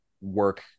work